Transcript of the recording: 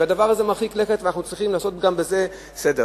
והדבר הזה מרחיק לכת ואנחנו צריכים לעשות גם בזה סדר.